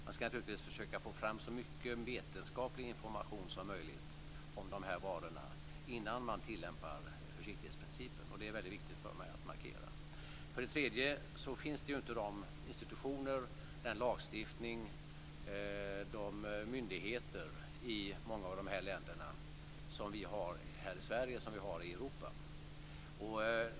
Man ska givetvis försöka få fram så mycket vetenskaplig information som möjligt om de här varorna innan man tillämpar försiktighetsprincipen. Det är det väldigt viktigt för mig att markera. För det tredje finns inte de institutioner, den lagstiftning, de myndigheter i många av de här länderna som vi har här i Sverige och som vi har i Europa.